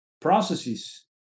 Processes